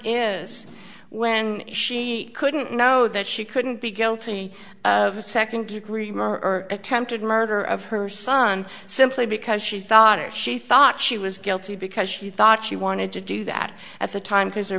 is when she couldn't know that she couldn't be guilty of a second degree murder or attempted murder of her son simply because she thought or she thought she was guilty because she thought she wanted to do that at the time because their